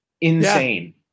insane